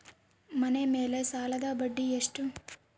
ಮನೆ ಮೇಲೆ ಸಾಲದ ಬಡ್ಡಿ ಎಷ್ಟು?